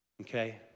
okay